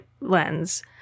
lens